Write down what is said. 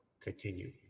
continue